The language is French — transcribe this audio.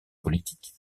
politique